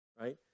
right